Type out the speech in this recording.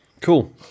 Cool